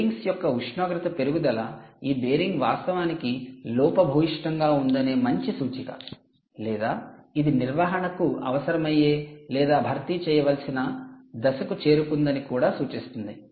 bearings యొక్క ఉష్ణోగ్రత పెరుగుదల ఈ బేరింగ్ వాస్తవానికి లోపభూయిష్టంగా ఉందనే మంచి సూచిక లేదా ఇది నిర్వహణ అవసరమయ్యే లేదా భర్తీ చేయవలసిన దశకు చేరుకుందని కూడా సూచిస్తుంది